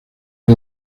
del